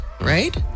right